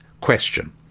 question